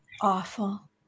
Awful